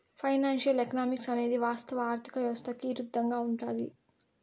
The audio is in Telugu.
ఫైనాన్సియల్ ఎకనామిక్స్ అనేది వాస్తవ ఆర్థిక వ్యవస్థకి ఇరుద్దంగా ఉంటది